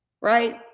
Right